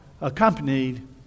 accompanied